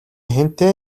хэнтэй